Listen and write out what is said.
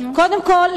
קודם כול,